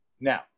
now